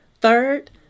Third